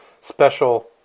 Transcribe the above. Special